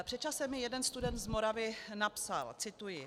Před časem mi jeden student z Moravy napsal cituji: